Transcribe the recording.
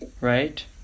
right